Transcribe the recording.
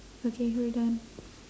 okay we're done